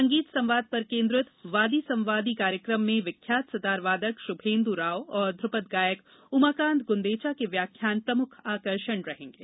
संगीत संवाद पर केन्द्रित वादी संवादी कार्यक्रम में विख्यात सितार वादक शुभेन्दु राव और ध्रुपद गायक उमाकान्त गुन्देचा के व्याख्यान प्रमुख आकर्षण रहेंगे